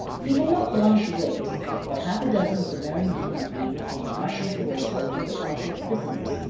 he had not long to wait, for half a dozen of the merry men in green came marching towards them with a couple of prisoners,